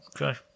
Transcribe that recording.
Okay